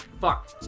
Fuck